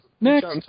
Next